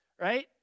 Right